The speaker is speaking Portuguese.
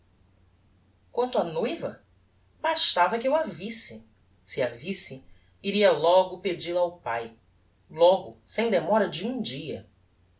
quanto á noiva bastava que eu a visse se a visse iria logo pedil-a ao pae logo sem demora de um dia